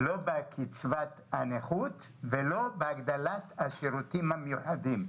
לא בקצבת הנכות ולא בהגדלת השירותים המיוחדים.